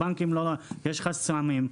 יש חסמים.